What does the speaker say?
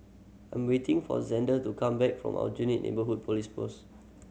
I am waiting for Zander to come back from Aljunied Neighbourhood Police Post